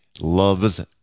loves